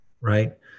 Right